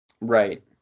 Right